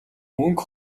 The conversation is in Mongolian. мөнгө